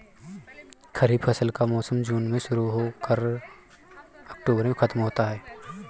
खरीफ फसल का मौसम जून में शुरू हो कर अक्टूबर में ख़त्म होता है